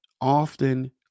often